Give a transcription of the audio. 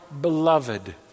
beloved